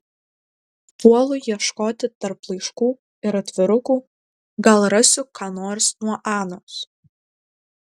puolu ieškoti tarp laiškų ir atvirukų gal rasiu ką nors nuo anos